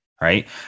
right